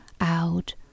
out